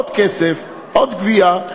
עוד כסף, עוד גבייה.